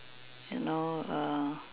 you know err